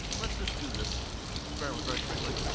let's just do this experiment very quickly.